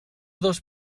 dos